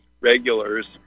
regulars